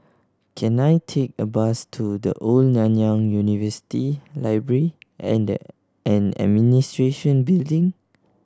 can I take a bus to The Old Nanyang University Library and and Administration Building